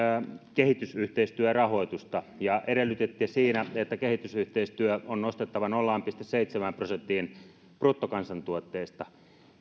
kehitysyhteistyörahoitusta ja edellytti siinä että kehitysyhteistyö on nostettava nolla pilkku seitsemään prosenttiin bruttokansantuotteesta